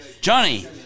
Johnny